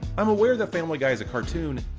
i'm aware that family guy is a cartoon,